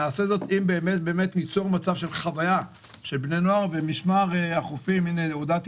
אם ניצור מצב של חוויה של בני נוער במשמר החופים הודעתי